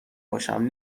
باشم